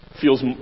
feels